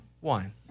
one